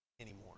anymore